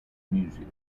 music